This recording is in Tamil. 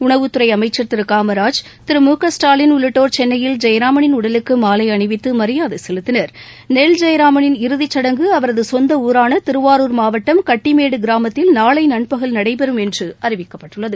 உணவுத்துறை அமைச்சர் திரு காமராஜ் திரு மு க ஸ்டாலின் உள்ளிட்டோர் சென்னையில் ஜெயராமனின் உடலுக்கு மாலை அணிவித்து மரியாதை செலுத்தினா் நெல் ஜெயராமனின் இறதிச் சடங்கு அவரது சொந்த ஊரான திருவாரூர் மாவட்டம் கட்டிமேடு கிராமத்தில் நாளை நண்பகல் நடைபெறும் என்று அறிவிக்கப்பட்டுள்ளது